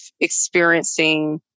experiencing